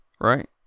Right